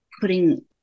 putting